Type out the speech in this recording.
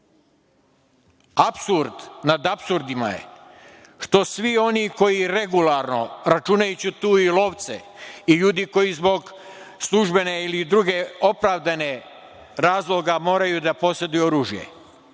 Apsurd nad apsurdima je što svi oni koji regularno, računajući tu i lovce i ljude koji zbog službene ili iz drugih opravdanih razloga moraju da poseduju oružje.